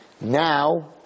Now